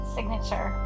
Signature